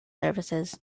services